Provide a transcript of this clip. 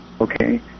Okay